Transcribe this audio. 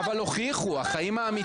לגבי שעות הביקור,